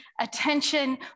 attention